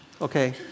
Okay